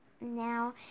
now